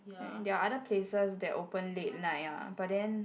ya and there are other places that open late night ah but then